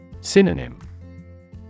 Synonym